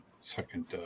second